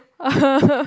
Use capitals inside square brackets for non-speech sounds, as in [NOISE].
[LAUGHS]